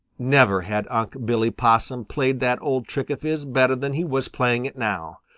never had unc' billy possum played that old trick of his better than he was playing it now.